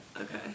Okay